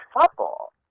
couple